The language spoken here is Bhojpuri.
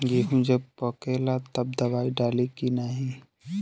गेहूँ जब पकेला तब दवाई डाली की नाही?